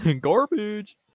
Garbage